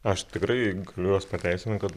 aš tikrai galiu juos pateisint kad